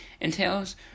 entails